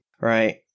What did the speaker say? Right